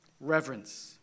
Reverence